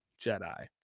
Jedi